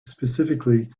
specifically